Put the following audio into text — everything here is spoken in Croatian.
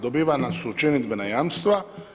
Dobivena su činidbena jamstva.